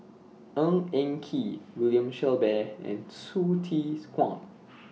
Ng Eng Kee William Shellabear and Hsu Tse Kwang